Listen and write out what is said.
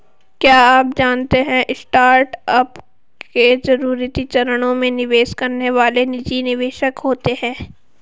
क्या आप जानते है स्टार्टअप के शुरुआती चरणों में निवेश करने वाले निजी निवेशक होते है?